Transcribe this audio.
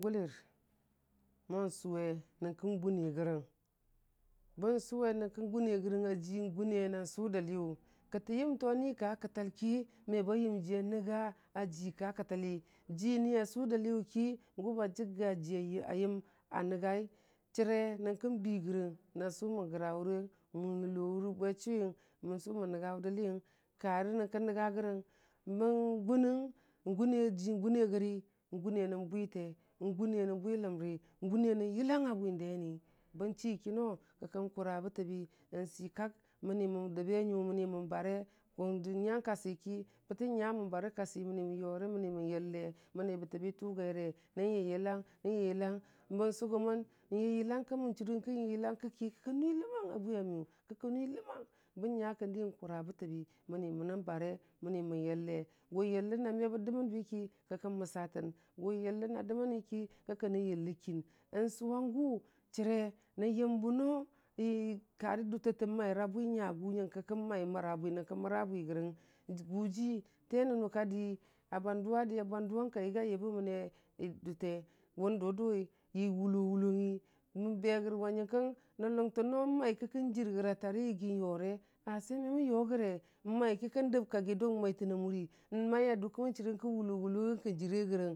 nən jəb faʊtanga dʊr kəngʊli mo sʊwe nyənkən gʊnerəyən, bən sʊwe nyən kə gʊnne rəyən a hʊy, gʊnerəgən nan sʊ dəlyəng, kətə yəm to ni ka kətal ki, ma ba yəmji a nənga aji ka kətəl liyʊ, jui ni a sʊ dəliyʊki gʊ bajigga ji a yəm a nəngai, chire nyenki, bii rəgən nən sʊ mən grawʊrəng mən bwe tʊnwi, nən sʊ mən nənga wʊ dəhyəng, karə nyənkə nənya rəyən, gʊne nən bwite, gʊnne nən bwiləmri, ngʊne nən yilang a bwi ndeni bən chi kənool ki kən kʊra bətəbi, n sii kak, mən, n dəbe nyʊ mən bare, nya kasi, ki bətənya mən barə kasi məni mən yʊre, mən yilla məni bətəbi tʊgaire, nən yil yilang yil- yilang. mən sʊgʊmən nyu yilangkə mə chʊrʊnkə ki kən nvi ləmang a bwiyamiyʊ bən nya ki kən di nkura bətəbi məm mən bwe məni mən yille, wʊ yille na damən dəmənbəki kən məsatən, wʊ yillə na jənə dəmənniki, ki kənən yilə kʊ nsʊwangʊ chire nən yəmbə noo karə dʊtətən mwura bwiyagʊ ki kən mərabwi regən nyənkəku, mərabwi rəgən gʊjii te nəmu kadii a ban dʊwa dii a bandʊwa kayiyə a yibəməme dʊte tən dʊ dʊ wi, yi wʊlang wʊlogi, n berəgə go nyənkən, nən lʊngtənno mwiki, kən jir rəya tasi yigi yʊre, batimemn yʊrege, ai ki kən dəb kayi dʊk n mai tənna mʊri, n maye dʊkkə mən chʊrʊm wʊlog wʊ lʊgən kən jire rə yən.